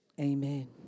Amen